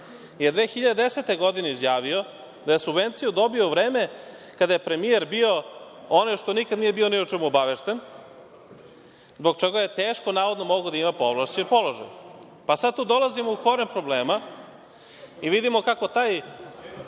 je 2010. godine izjavio da je subvenciju dobio u vreme kada je premijer bio onaj što nikada nije bio ni o čemu obavešten, zbog čega je teško navodno mogao da ima povlašćen položaj. Sada tu dolazimo u korak problema i vidimo kako taj